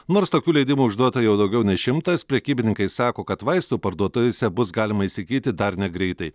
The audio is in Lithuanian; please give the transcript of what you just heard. nors tokių leidimų išduota jau daugiau nei šimtas prekybininkai sako kad vaistų parduotuvėse bus galima įsigyti dar negreitai